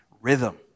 rhythm